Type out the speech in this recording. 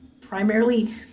primarily